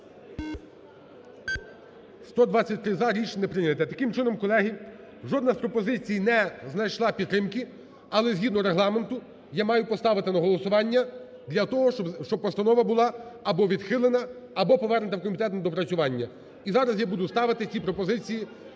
За-123 Рішення не прийнято. Таким чином, колеги, жодна з пропозицій не знайшла підтримки, але згідно Регламенту я маю поставити на голосування для того, щоб постанова була або відхилена, або повернута в комітет на доопрацювання. І зараз я буду ставити ці пропозиції